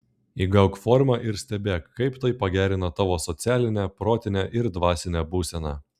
įgauk formą ir stebėk kaip tai pagerina tavo socialinę protinę ir dvasinę būseną